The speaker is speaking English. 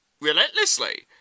relentlessly